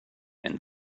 and